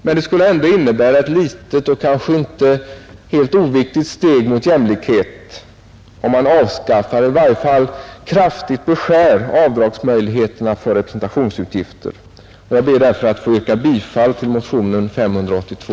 Men det skulle ändå innebära ett litet och kanske inte helt oviktigt steg mot jämlikhet om man avskaffar eller i varje fall kraftigt beskär avdragsmöjligheterna för representationsutgifter. Jag ber därför att få yrka bifall till motionen 582.